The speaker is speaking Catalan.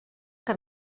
que